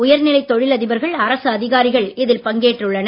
உயர்நிலை தொழில் அதிபர்கள் அரசு அதிகாரிகள் இதில் பங்கேற்றுள்ளனர்